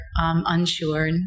unsure